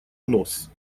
нос